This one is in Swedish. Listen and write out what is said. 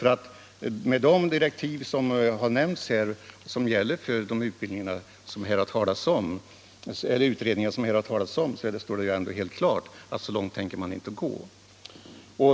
I de direktiv som gäller för de pågående utredningarna och som vi har hört herr Haglund referera står det ju klart att så långt tänker regeringen inte gå.